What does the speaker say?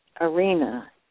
arena